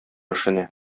эшенә